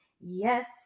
Yes